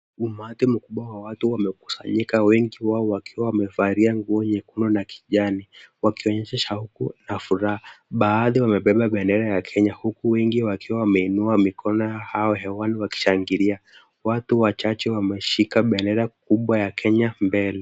Umati mkubwa wa watu wamekusanyika wengi wao wakiwa wamevalia nguo nyekundu na kijani, wakionyesha shauku na furaha. Baadhi wamebeba bendera ya Kenya huku wengi wakiwa wameinua mikono yao hewani wakishangilia. Watu wachache wameshika bendera kubwa ya Kenya mbele.